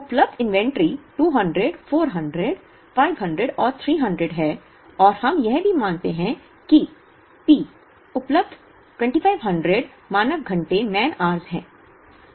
उपलब्ध इन्वेंट्री 200 400 500 और 300 है और हम यह भी मानते हैं कि P उपलब्ध 2500 मानव घंटे है